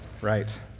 right